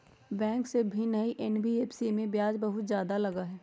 Bank से भिन्न हई एन.बी.एफ.सी इमे ब्याज बहुत ज्यादा लगहई?